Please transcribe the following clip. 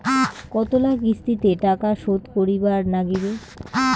কতোলা কিস্তিতে টাকা শোধ করিবার নাগীবে?